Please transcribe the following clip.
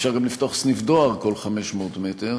אפשר לפתוח סניף דואר כל 500 מטר